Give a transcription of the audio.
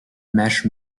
mesh